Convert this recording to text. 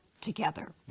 together